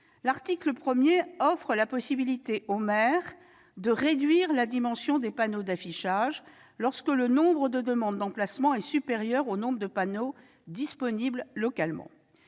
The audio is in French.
l'article 1 offre la possibilité aux maires de réduire la dimension des panneaux d'affichage, lorsque le nombre de demandes d'emplacement est supérieur au nombre de panneaux disponibles localement.